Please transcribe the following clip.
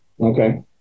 Okay